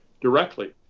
directly